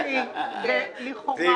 לכאורה,